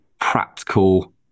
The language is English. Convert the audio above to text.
practical